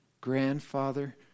Grandfather